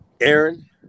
Aaron